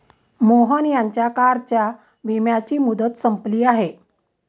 मोहन यांच्या कारच्या विम्याची मुदत संपली आहे